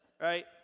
right